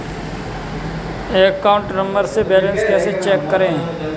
Account number से balance कैसे check करें?